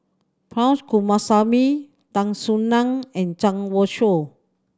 Punch Coomaraswamy Tan Soo Nan and Zhang Youshuo